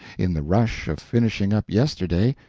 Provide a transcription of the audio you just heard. in the rush of finishing up yesterday,